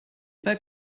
pas